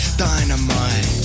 dynamite